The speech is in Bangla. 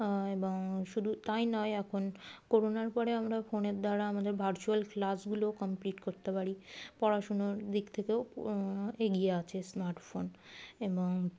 এবং শুধু তাই নয় এখন করোনার পরে আমরা ফোনের দ্বারা আমাদের ভার্চুয়াল ক্লাসগুলোও কমপ্লিট করতে পারি পড়াশুনোর দিক থেকেও এগিয়ে আছে স্মার্টফোন এবং